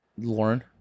Lauren